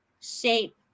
shape